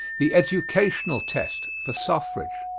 the educational test for suffrage.